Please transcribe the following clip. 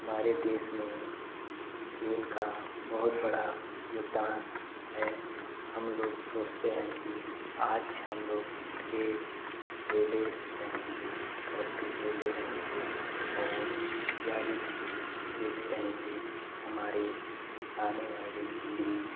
हमारे देश में खेल का बहुत बड़ा योगदान है हम लोग सोचते हैं कि आज हम लोग क्रिकेट खेले रहेंगे कबड्डी खेले रहेंगे और इत्यादि खेल खेले रहेंगे हमारे आने वाले पीढ़ी